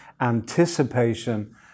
anticipation